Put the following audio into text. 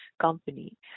company